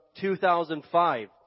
2005